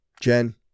Jen